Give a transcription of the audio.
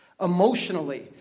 emotionally